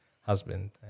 husband